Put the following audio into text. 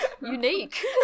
Unique